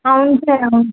అవును సార్ అవును సార్